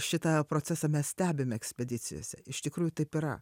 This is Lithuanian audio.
šitą procesą mes stebim ekspedicijose iš tikrųjų taip yra